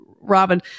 Robin